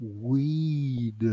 weed